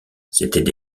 c’étaient